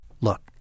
Look